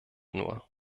nur